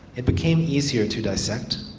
it became easier to dissect,